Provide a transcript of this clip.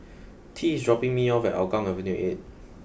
tea is dropping me off at Hougang Avenue A